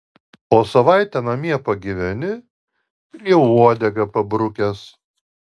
o savaitę namie pagyveni ir jau uodegą pabrukęs